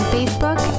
Facebook